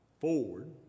forward